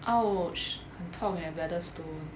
!ouch! 很痛 leh bladder stone